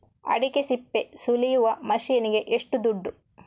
ಅಡಿಕೆ ಸಿಪ್ಪೆ ಸುಲಿಯುವ ಮಷೀನ್ ಗೆ ಏಷ್ಟು ದುಡ್ಡು?